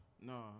No